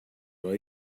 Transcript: will